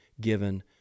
given